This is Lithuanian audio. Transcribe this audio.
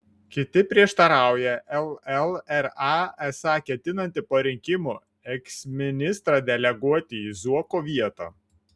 kiti prieštarauja llra esą ketinanti po rinkimų eksministrą deleguoti į zuoko vietą